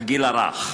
הגיל הרך,